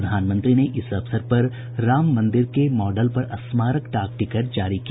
प्रधानमंत्री ने इस अवसर पर राम मन्दिर के मॉडल पर स्मारक डाक टिकट जारी किया